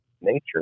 nature